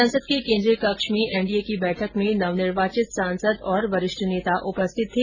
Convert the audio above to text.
संसद के केन्द्रीय कक्ष में एनडीए की बैठक में नव निर्वाचित सासंद और वरिष्ठ नेता उपस्थित थे